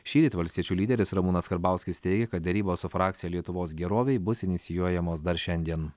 šįryt valstiečių lyderis ramūnas karbauskis teigė kad derybos su frakcija lietuvos gerovei bus inicijuojamos dar šiandien